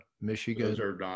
Michigan